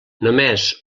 només